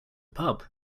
pub